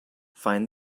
find